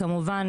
כמובן,